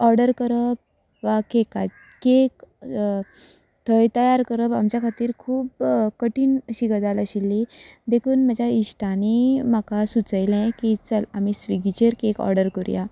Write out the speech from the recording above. order करप वा cake cake थंय तयार करप आमच्या खातीर खूब कठीण अशी गजाल आशिल्ली देखून म्हज्या इश्टांनी ही म्हाका सुचयलें की चल आमी स्विगीचेर केक ऑर्डर करुया